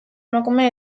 emakume